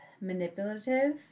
manipulative